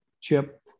Chip